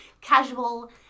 casual